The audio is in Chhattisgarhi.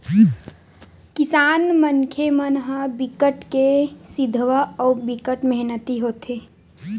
किसान मनखे मन ह बिकट के सिधवा अउ बिकट मेहनती होथे